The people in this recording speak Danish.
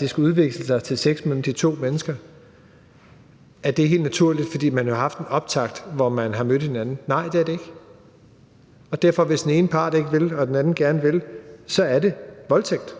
det skal udvikle sig til sex mellem de to mennesker? Er det helt naturligt, fordi man jo har haft en optakt, hvor man har mødt hinanden? Nej, det er det ikke. Hvis den ene part ikke vil, og den anden gerne vil, så er det voldtægt.